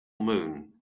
moon